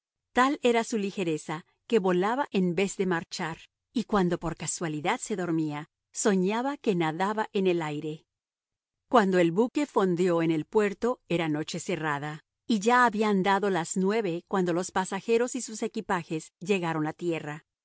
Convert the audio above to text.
tal era su ligereza que volaba en vez de marchar y cuando por casualidad se dormía soñaba que nadaba en el aire cuando el buque fondeó en el puerto era noche cerrada y ya habían dado las nueve cuando los pasajeros y sus equipajes llegaron a tierra